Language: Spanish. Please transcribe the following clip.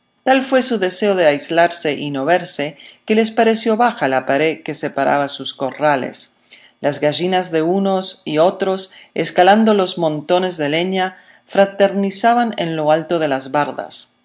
tal fue su deseo de aislarse y no verse que les pareció baja la pared que separaba sus corrales las gallinas de unos y otros escalando los montones de leña fraternizaban en lo alto de las bardas